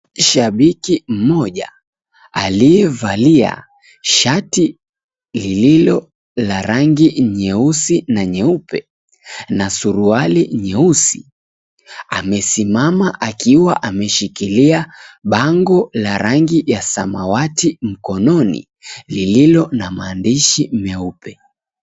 Shabiki mmoja aliyevalia shati lililo la rangi nyeusi na nyeupe na suruali nyeusi amesimama akiwa ameshikilia bango la rangi ya samawati mkononi lililo na maandishi meupe.